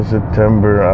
September